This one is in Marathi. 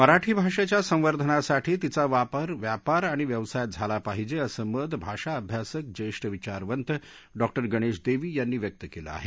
मराठी भाषेच्या संवर्धनासाठी तिचा वापर व्यापार आणि व्यवसायात झाला पाहिजे असं मत भाषा अभ्यासक ज्येष्ठ विचारवंत डॉक्टर गणेश देवी यांनी व्यक्त केलं आहे